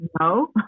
No